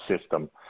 system